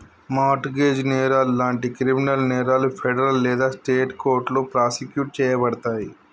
mart gauge నేరాలు లాంటి criminal నేరాలు ఫెడరల్ లేదా స్టేట్ కోర్టులో ప్రాసిక్యూట్ చేయబడతయి